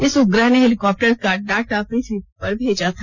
इस उपग्रह ने हेलिकॉप्टर का डाटा पृथ्वी पर भेजा था